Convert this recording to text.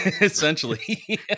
essentially